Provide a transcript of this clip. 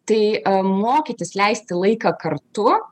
tai mokytis leisti laiką kartu